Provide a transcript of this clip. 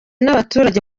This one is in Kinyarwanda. n’abaturage